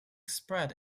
spread